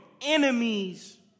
enemies